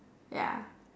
ya